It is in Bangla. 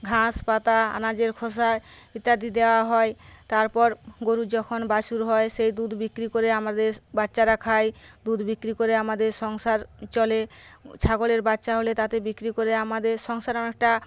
ঘাস পাতা আনাজের খোসা ইত্যাদি দেওয়া হয় তারপর গরুর যখন বাছুর হয় সে দুধ বিক্রি করে আমাদের বাচ্চারা খায় দুধ বিক্রি করে আমাদের সংসার চলে ছাগলের বাচ্ছা হলে তাদের বিক্রি করে আমাদের সংসারে অনেকটা